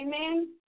Amen